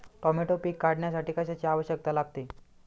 Tomato पीक काढण्यासाठी कशाची आवश्यकता लागते?